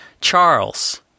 Charles